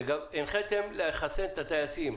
הנחיתם לחסן את הטייסים.